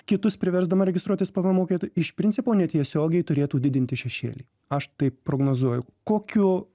kitus priversdama registruotis pvm mokėtoju iš principo netiesiogiai turėtų didinti šešėlį aš tai prognozuoju kokiu